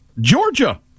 Georgia